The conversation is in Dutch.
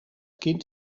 kind